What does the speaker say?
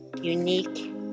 unique